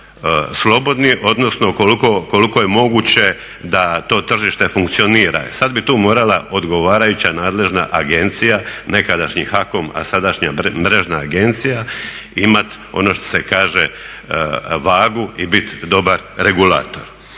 slobodni, odnosno koliko je moguće da to tržište funkcionira. Sad bi tu morala odgovarajuća nadležna agencija, nekadašnji HAKOM, a sadašnja Mrežna agencija imat ono što se kaže vagu i bit dobar regulator.